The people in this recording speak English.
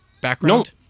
background